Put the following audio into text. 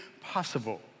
possible